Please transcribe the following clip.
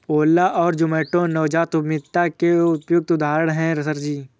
ओला और जोमैटो नवजात उद्यमिता के उपयुक्त उदाहरण है सर जी